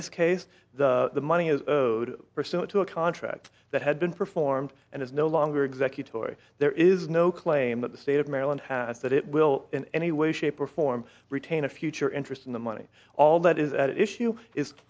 this case the money is pursuant to a contract that had been performed and is no longer executive or there is no claim that the state of maryland has that it will in any way shape or form retain a future interest in the money all that is at issue is